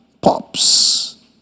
Pops